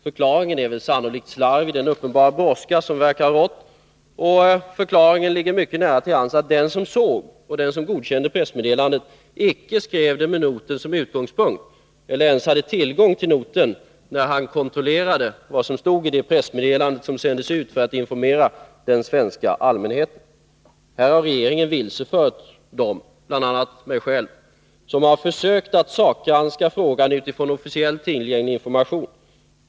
Förklaringen är sannolikt slarv i den uppenbara brådska som verkar ha rått, och förklaringen ligger mycket nära till hands — att den som såg och godkände pressmeddelandet icke skrev det med noten som utgångspunkt eller ens hade tillgång till noten när han kontrollerade vad som stod i det pressmeddelande som sändes ut för att informera den svenska allmänheten. Här har regeringen vilsefört dem — bl.a. mig själv — som försökt att sakgranska frågan utifrån officiellt tillgänglig information.